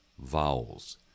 vowels